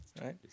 right